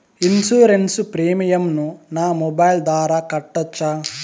Insurance premium ను నా mobile ద్వారా కట్టొచ్చా?